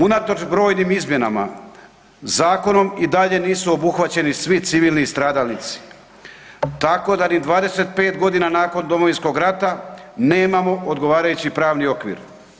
Unatoč brojnih izmjenama, zakonom i dalje nisu obuhvaćeni svi civilni stradalnici, tako da ni 25 g. nakon Domovinskog rata nemamo odgovarajući pravni okvir.